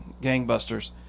gangbusters